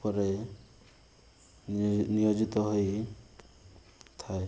ଉପରେ ନିୟୋଜିତ ହୋଇଥାଏ